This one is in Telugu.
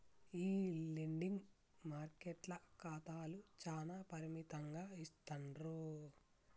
ఈ లెండింగ్ మార్కెట్ల ఖాతాలు చానా పరిమితంగా ఇస్తాండ్రు